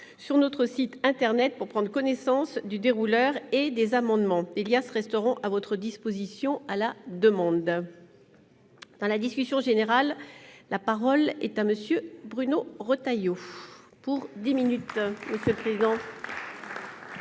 sur notre site internet pour prendre connaissance du dérouleur et des amendements. Des liasses resteront à votre disposition sur demande. Dans la discussion générale, la parole est à M. Bruno Retailleau, auteur